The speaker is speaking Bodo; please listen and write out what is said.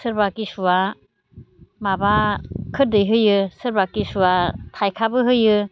सोरबा किसुवा माबा खोरदै होयो सोरबा किसुवा थाइखाबो होयो